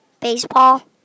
Baseball